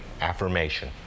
affirmation